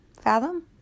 fathom